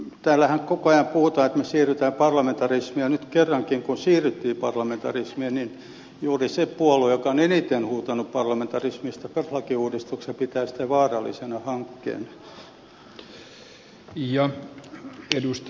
täällähän koko ajan puhutaan että me siirrymme parlamentarismiin ja nyt kerrankin kun siirryttiin parlamentarismiin niin juuri se puolue joka on eniten huutanut parlamentarismista perustuslakiuudistuksesta pitää sitä vaarallisena hank keena